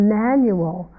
manual